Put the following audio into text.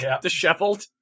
disheveled